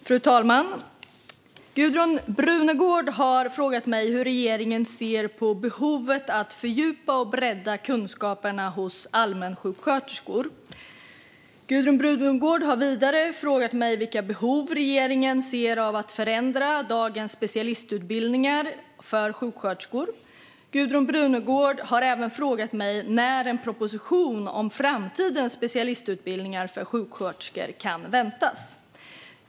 Fru talman! Gudrun Brunegård har frågat mig hur regeringen ser på behovet av att fördjupa och bredda kunskapen hos allmänsjuksköterskor. Gudrun Brunegård har vidare frågat mig vilka behov regeringen ser av att förändra dagens specialistutbildningar för sjuksköterskor. Gudrun Brunegård har även frågat mig när en proposition om framtidens specialistutbildningar för sjuksköterskor kan väntas.